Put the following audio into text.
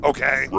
Okay